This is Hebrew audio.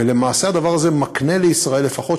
ולמעשה הדבר הזה מקנה לישראל לפחות